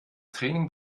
training